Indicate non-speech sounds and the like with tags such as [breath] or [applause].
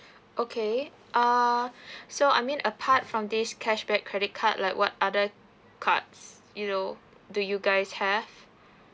okay err [breath] so I mean apart from this cashback credit card like what other cards you know do you guys have